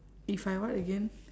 if I what again